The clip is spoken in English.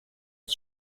its